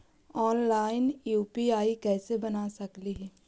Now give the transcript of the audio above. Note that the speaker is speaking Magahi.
ऑनलाइन यु.पी.आई कैसे बना सकली ही?